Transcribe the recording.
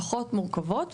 פחות מורכבות,